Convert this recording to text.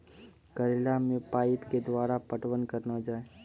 करेला मे पाइप के द्वारा पटवन करना जाए?